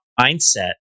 mindset